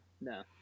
No